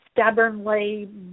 stubbornly